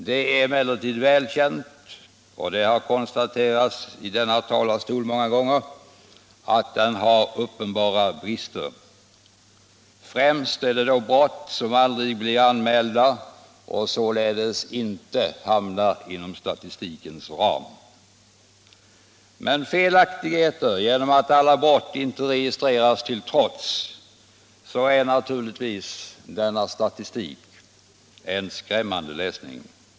Det är emellertid välkänt — och det har många gånger konstaterats från denna talarstol — att brottsstatistiken har uppenbara brister. Främst är det då fråga om brott som aldrig blir anmälda och således inte hamnar inom statistikens ram. Men felaktigheterna till trots så är naturligtvis statistiken en skrämmande läsning.